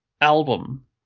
album